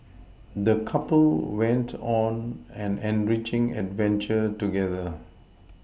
the couple went on an enriching adventure together